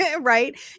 right